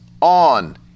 on